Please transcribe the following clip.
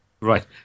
Right